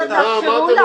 תאפשרו לה.